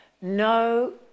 no